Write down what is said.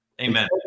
Amen